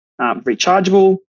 rechargeable